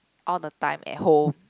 all the time at home